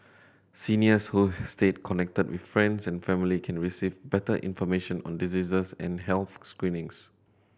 seniors who stay connected with friends and family can receive better information on diseases and health screenings